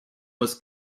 was